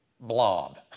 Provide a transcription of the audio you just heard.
Blob